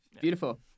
Beautiful